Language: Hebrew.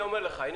אני אומר לך.